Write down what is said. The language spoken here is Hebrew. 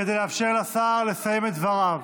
כדי לאפשר לשר לסיים את דבריו.